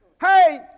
Hey